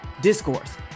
discourse